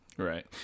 Right